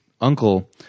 uncle